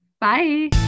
Bye